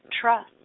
trust